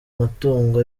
matungo